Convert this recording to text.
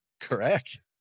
Correct